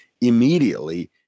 immediately